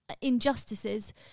injustices